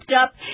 up